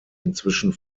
inzwischen